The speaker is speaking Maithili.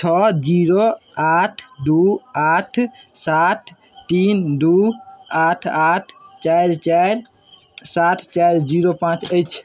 छओ जीरो आठ दुइ आठ सात तीन दुइ आठ आठ चारि चारि सात चारि जीरो पाँच अछि